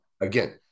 Again